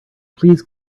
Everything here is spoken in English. please